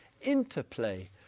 interplay